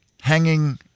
hanging